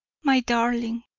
my darling!